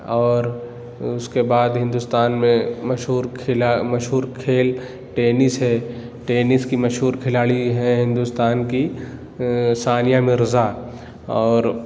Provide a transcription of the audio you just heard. اور اس کے بعد ہندوستان میں مشہور کھلا مشہور کھیل ٹینس ہے ٹینس کی مشہور کھلاڑی ہیں ہندوستان کی ثانیہ مرزا اور